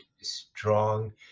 strong